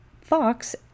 Fox